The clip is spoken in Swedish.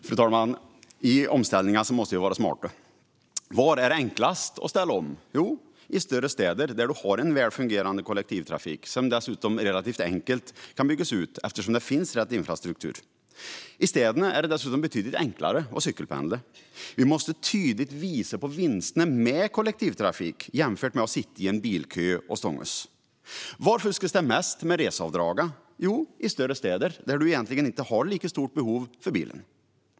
Fru talman! I omställningen måste vi vara smarta. Var är det enklast att ställa om? Jo, i större städer som har en väl fungerande kollektivtrafik som dessutom relativt enkelt kan byggas ut eftersom det finns rätt infrastruktur. I städerna är det dessutom betydligt enklare att cykelpendla. Vi måste tydligt visa på vinsterna med kollektivtrafik jämfört med att sitta i en bilkö och stångas. Var fuskas det mest med reseavdragen? Jo, i större städer där man egentligen inte har lika stort behov av bilen.